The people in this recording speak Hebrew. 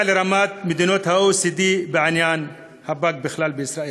לרמת מדינות ה-OECD בעניין הפג בכלל בישראל.